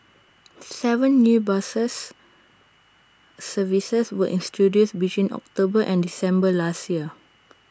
Seven new bus services were introduced between October and December last year